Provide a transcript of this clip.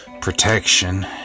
protection